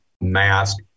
mask